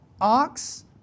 ox